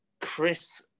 Chris